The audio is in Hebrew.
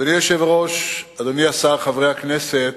אדוני היושב-ראש, אדוני השר, חברי הכנסת,